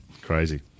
Crazy